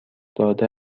داده